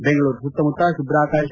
ಬೆಂಗಳೂರು ಸುತ್ತಮುತ್ತ ಶುಭ್ಧ ಆಕಾಶ